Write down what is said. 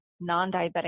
non-diabetic